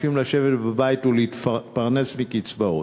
שמעדיפים לשבת בבית ולהתפרנס מקצבאות?